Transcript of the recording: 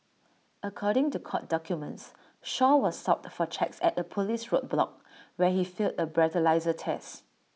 according to court documents Shaw was stopped for checks at A Police roadblock where he failed A breathalyser test